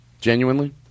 genuinely